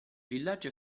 villaggio